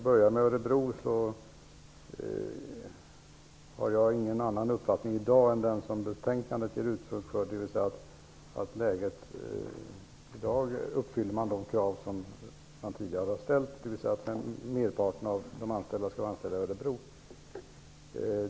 Herr talman! Jag har ingen annan uppfattning om lokaliseringen till Örebro än den som det ges uttryck för i betänkandet. I dag uppfyller man de krav som tidigare har ställts, dvs. att merparten av de anställda skall vara anställda i Örebro.